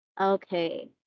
Okay